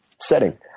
setting